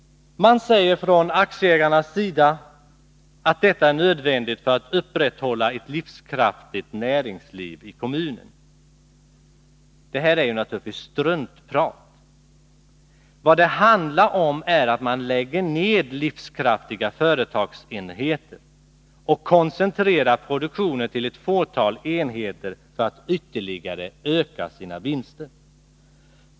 Man säger från aktieägarnas sida att detta är nödvändigt för att upprätthålla ett livskraftigt näringsliv i kommunen. Det är naturligtvis struntprat. Vad det handlar om är att man lägger ned livskraftiga företagsenheter och koncentrerar produktionen till ett fåtal enheter för att ytterligare öka sina vinster.